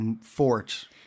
fort